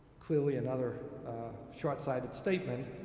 clearly, another shortsighted statement.